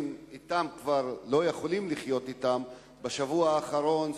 אתם וכבר לא יכולים לחיות אתם בשבוע האחרון,